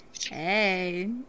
hey